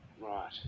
Right